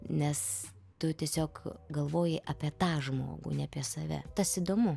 nes tu tiesiog galvoji apie tą žmogų ne apie save tas įdomu